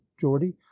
geordie